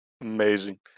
Amazing